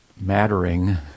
mattering